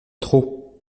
trop